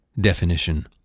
Definition